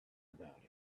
about